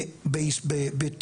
מחויב בחזון שלו,